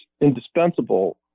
indispensable